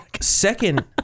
second